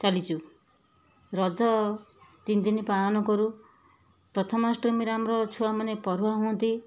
ଚାଲିଛୁ ରଜ ତିନିଦିନ ପାଳନ କରୁ ପ୍ରଥମାଷ୍ଟମୀରେ ଆମର ଛୁଆମାନେ ପୋରୁହାଁଅନ୍ତି